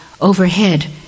overhead